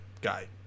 guy